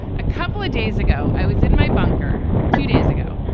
a couple of days ago, i was in my bunker two days ago.